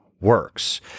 works